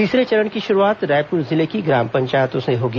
तीसरे चरण की शुरूआत रायपुर जिले की ग्राम पंचायतों से होगी